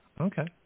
Okay